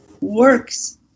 works